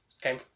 came